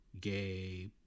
gay